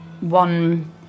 one